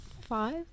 five